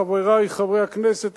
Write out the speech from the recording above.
חברי חברי הכנסת,